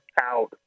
out